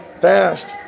fast